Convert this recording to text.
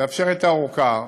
ולאפשר את הארכה.